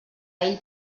ell